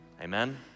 Amen